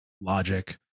logic